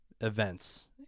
events